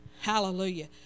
Hallelujah